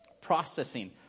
processing